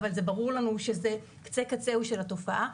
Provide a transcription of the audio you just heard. אבל ברור לנו שזה קצה קצהו של התופעה.